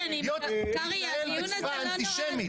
זה להתנהל בצורה אנטישמית.